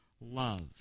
love